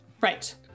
Right